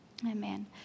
Amen